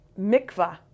Mikvah